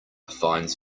finds